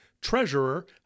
Treasurer